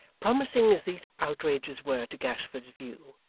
promising as these outrages were to gashford's view,